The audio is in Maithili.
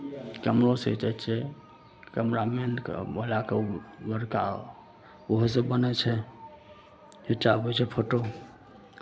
कैमरोसँ घीचै छै कैमरामैनके बोलाए कऽ ओ बड़का ओहोसभ बनै छै घिचाबै छै फोटो